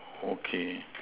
okay